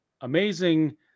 amazing